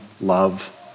love